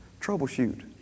Troubleshoot